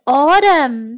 autumn